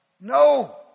No